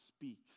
speaks